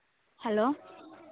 hello